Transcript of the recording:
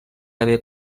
haver